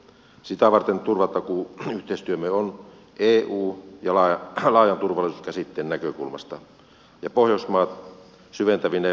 sitä varten turvatakuuyhteisömme on eu laajan turvallisuuskäsitteen näkökulmasta ja pohjoismaat syventävine yhteishankintoineen ja harjoituksineen